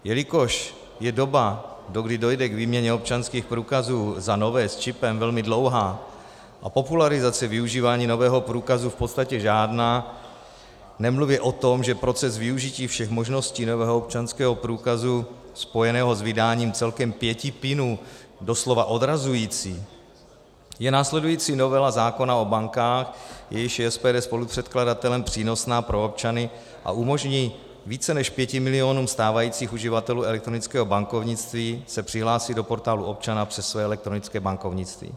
Jelikož je doba, dokdy dojde k výměně občanských průkazů za nové s čipem, velmi dlouhá a popularizace využívání nového průkazu v podstatě žádná, nemluvě o tom, že proces využití všech možností nového občanského průkazu spojeného s vydáním celkem pěti PIN doslova odrazující, je následující novela zákona o bankách, jejíž je SPD spolupředkladatelem, přínosná pro občany a umožní více než 5 milionům stávajících uživatelů elektronického bankovnictví se přihlásit do Portálu občana přes své elektronické bankovnictví.